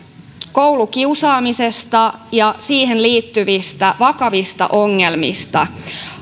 koulukiusaamisesta ja siihen liittyvistä vakavista ongelmista